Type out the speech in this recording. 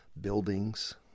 buildings